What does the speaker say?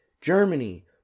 Germany